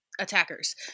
attackers